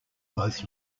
both